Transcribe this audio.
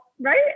right